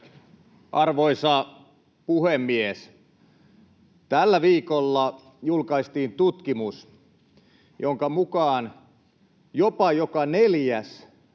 Arvoisa puhemies! Tällä viikolla julkaistiin tutkimus, jonka mukaan jopa joka neljäs